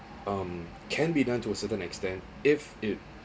um can be done to a certain extent if it